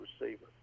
receiver